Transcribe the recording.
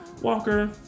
Walker